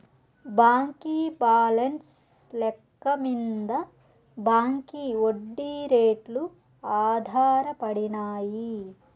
బాంకీ బాలెన్స్ లెక్క మింద బాంకీ ఒడ్డీ రేట్లు ఆధారపడినాయి